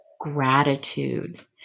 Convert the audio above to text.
gratitude